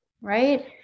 right